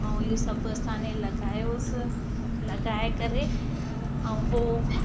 ऐं इहो सभु असां ने लॻायोसि लॻाए करे ऐं पोइ